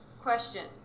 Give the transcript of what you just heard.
Question